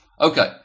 Okay